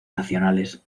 nacionales